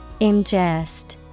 Ingest